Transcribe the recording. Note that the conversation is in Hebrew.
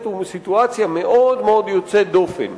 הוא בסיטואציה מאוד מאוד יוצאת דופן.